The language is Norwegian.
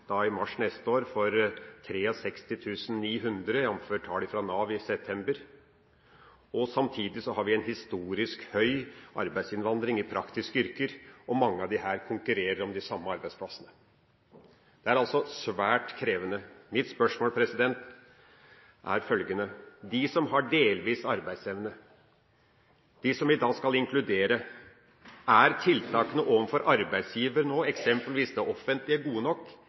i mars neste år for 63 900, jf. tall fra Nav i september. Samtidig har vi en historisk høy arbeidsinnvandring i praktiske yrker, og mange av dem konkurrerer om de samme arbeidsplassene. Det er altså svært krevende. Mitt spørsmål er følgende: Når det gjelder de som har delvis arbeidsevne, de som vi skal inkludere, er tiltakene overfor arbeidsgiver og eksempelvis det offentlige nå gode nok